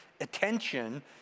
attention